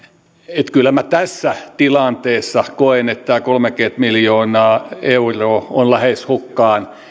että kyllä minä tässä tilanteessa koen että tämä kolmekymmentä miljoonaa euroa on lähes hukkaan